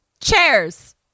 Chairs